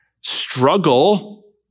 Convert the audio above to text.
struggle